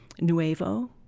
Nuevo